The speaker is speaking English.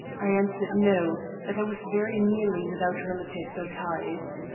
i answered no that i was very nearly without relatives or ties.